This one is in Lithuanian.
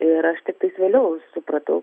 ir aš tiktais vėliau supratau